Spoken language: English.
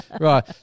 Right